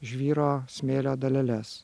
žvyro smėlio daleles